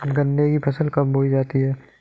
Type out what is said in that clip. गन्ने की फसल कब बोई जाती है?